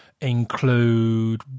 include